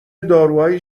داروهای